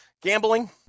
Gambling